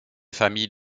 famille